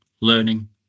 learning